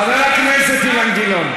חבר הכנסת אילן גילאון,